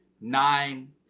nine